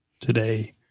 today